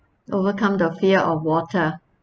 overcome the fear of water